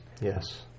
Yes